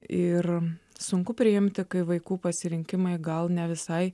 ir sunku priimti kai vaikų pasirinkimai gal ne visai